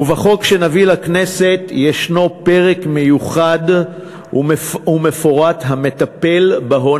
ובחוק שנביא לכנסת ישנו פרק מיוחד ומפורט המטפל בהון